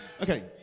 Okay